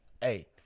Hey